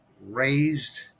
raised